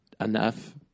enough